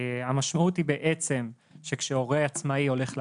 המשמעות היא בעצם שכשהורה עצמאי הולך לעבוד,